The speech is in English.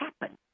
happen